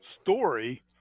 story